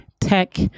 tech